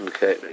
Okay